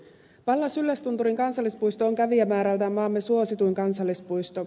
pallas yllästunturin kansallispuisto on kävijämäärältään maamme suosituin kansallispuisto